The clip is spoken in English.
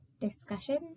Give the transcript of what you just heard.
discussion